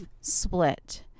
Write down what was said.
split